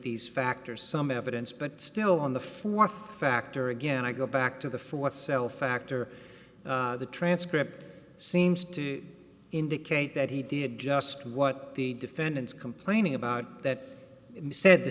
these factors some evidence but still on the th factor again i go back to the th cell factor the transcript seems to indicate that he did just what the defendant's complaining about that said the